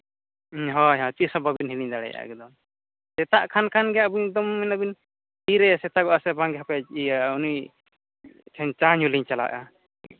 ᱦᱳᱭ ᱦᱳᱭ ᱛᱤᱥ ᱦᱚᱸ ᱵᱟᱹᱵᱤᱱ ᱦᱤᱲᱤᱧ ᱫᱟᱲᱮᱭᱟᱜᱼᱟ ᱮᱠᱫᱚᱢ ᱥᱮᱛᱟᱜ ᱠᱟᱱ ᱠᱷᱟᱱᱜᱮ ᱟᱹᱵᱤᱱ ᱮᱠᱫᱚᱢ ᱢᱟᱱᱮ ᱵᱤᱱ ᱛᱤᱨᱮ ᱥᱮᱛᱟᱜᱚᱜᱼᱟ ᱥᱮ ᱵᱟᱝᱜᱮ ᱤᱭᱟᱹ ᱩᱱᱤ ᱴᱷᱮᱱ ᱪᱟ ᱧᱩ ᱞᱤᱧ ᱪᱟᱞᱟᱜᱼᱟ